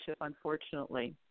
unfortunately